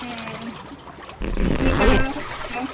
हूं हीअ तव्हां म